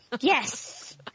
Yes